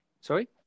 Sorry